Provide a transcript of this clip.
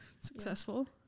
successful